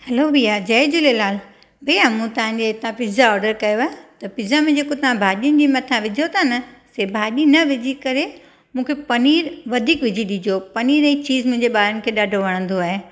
हलो भैया जय झूलेलाल भैया मूं तव्हांजे हितां पिझ्झा ऑडर कयो आहे त पिझ्झा में जेको तव्हां भाॼियुनि ॼे मथां विझो था न से भाॼी न विझी करे मूंखे पनीर वधीक विझी ॾिजो पनीर ऐं चीज़ मुंहिंजे ॿारनि खे ॾाढो वणंदो आहे